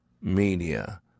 media